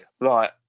Right